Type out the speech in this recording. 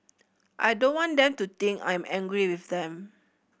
I don't want them to think I'm angry with them